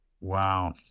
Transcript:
Wow